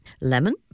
lemon